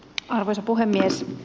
arvoisa puhemies